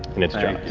in its jaws.